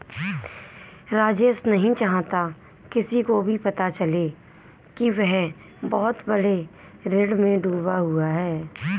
राजेश नहीं चाहता किसी को भी पता चले कि वह बहुत बड़े ऋण में डूबा हुआ है